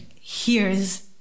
hears